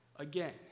Again